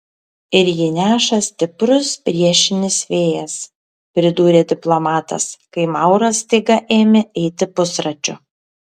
ir jį neša stiprus priešinis vėjas pridūrė diplomatas kai mauras staiga ėmė eiti pusračiu